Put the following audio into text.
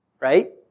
Right